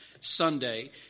Sunday